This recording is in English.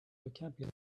vocabulary